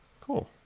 cool